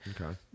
Okay